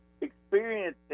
experience